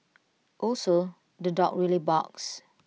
also the dog really barks